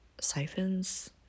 siphons